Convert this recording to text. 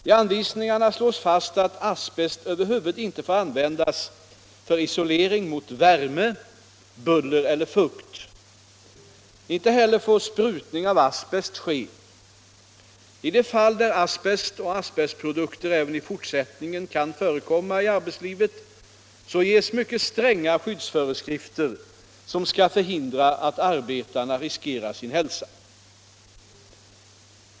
I anvisningarna slås fast att asbest över huvud taget inte får användas för isolering mot värme, buller eller fukt. Inte heller får sprutning av asbest ske. I de fall där asbest eller asbestprodukter även i fortsättningen kan förekomma i arbetslivet ges mycket stränga skyddsföreskrifter som skall förhindra att arbetarna riskerar sin hälsa.